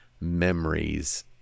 memories